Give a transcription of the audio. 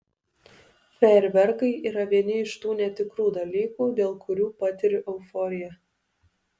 fejerverkai yra vieni iš tų netikrų dalykų dėl kurių patiriu euforiją